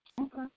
Okay